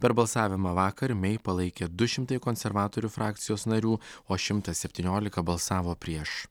per balsavimą vakar mei palaikė du šimtai konservatorių frakcijos narių o šimtas septyniolika balsavo prieš